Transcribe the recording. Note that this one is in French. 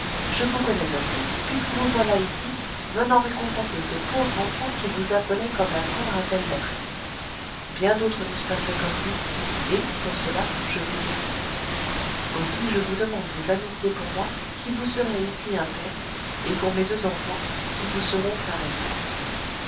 je vous connais assez puisque vous voilà ici venant réconforter ce pauvre enfant qui vous appelait comme la terre appelle la pluie bien d'autres n'eussent pas fait comme vous et pour cela je vous estime aussi je vous demande vos amitiés pour moi qui vous serai ici un père et pour mes deux enfants qui vous seront frère et soeur